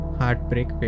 heartbreak